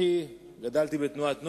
אני גדלתי בתנועת נוער,